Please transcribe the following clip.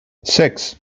six